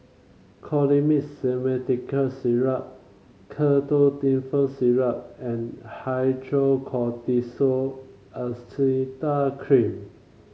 Colimix Simethicone Syrup Ketotifen Syrup and Hydrocortisone Acetate Cream